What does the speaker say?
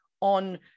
on